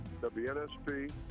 WNSP